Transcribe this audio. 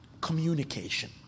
communication